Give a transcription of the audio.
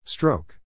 Stroke